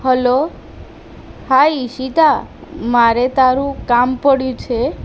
hello હા ઈશિતા મારે તારું કામ પડ્યું છે